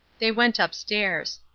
they went upstairs.